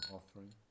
Offering